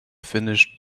finished